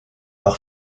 par